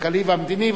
הכלכלי והמדיני.